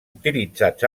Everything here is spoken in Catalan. utilitzats